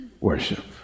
worship